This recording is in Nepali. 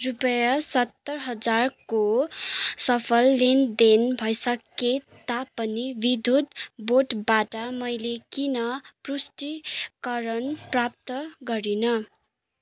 रुपियाँ सत्तर हजारको सफल लेनदेन भइसके तापनि विद्युत बोर्डबाट मैले किन पुष्टिकरण प्राप्त गरिनँ